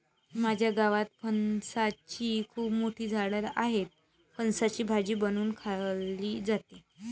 माझ्या गावात फणसाची खूप मोठी झाडं आहेत, फणसाची भाजी बनवून खाल्ली जाते